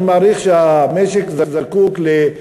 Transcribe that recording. אני מעריך שהמשק זקוק, בממוצע,